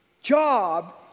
job